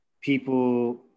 people